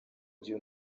gihe